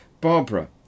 Barbara